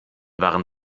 waren